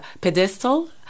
pedestal